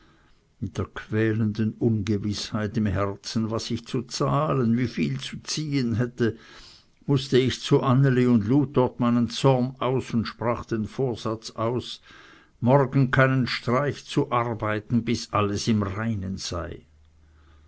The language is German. mit der quälenden ungewißheit im herzen was ich zu zahlen wie viel zu ziehen hätte mußte ich zu anneli und lud dort meinen zorn aus und sprach den vorsatz aus morgen keinen streich zu arbeiten bis alles im reinen sei